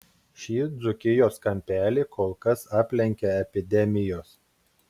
šį dzūkijos kampelį kol kas aplenkia epidemijos